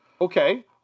Okay